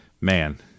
Man